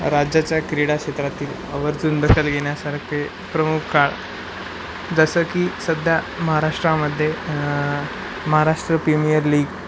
राज्याच्या क्रीडा क्षेत्रातील आवर्जून दखल घेण्यासारखे प्रमुख काळ जसं की सध्या महाराष्ट्रामध्ये महाराष्ट्र प्रीमियर लीग